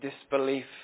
disbelief